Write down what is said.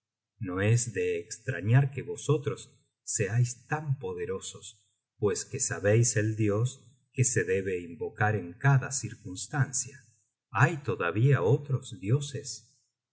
no es de estrañar que vosotros seais tan poderosos pues que sabeis el dios que se debe invocar en cada circunstancia hay todavía otros dioses